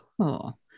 Cool